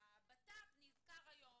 שהבט"פ נזכר היום,